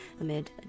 amid